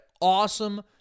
awesome